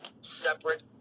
separate